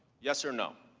yes or no?